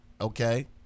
okay